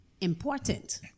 important